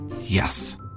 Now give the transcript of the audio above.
Yes